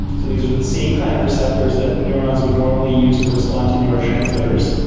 so these are the same kind of receptors that neurons would normally use to respond to neurotransmitters.